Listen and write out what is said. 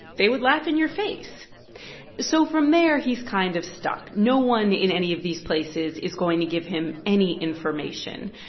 they would laugh in your face so from there, he's kind of stuck. no one in any of these places is going to give him any information.